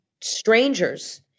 strangers